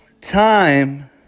time